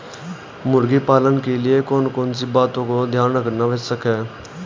मुर्गी पालन के लिए कौन कौन सी बातों का ध्यान रखना आवश्यक है?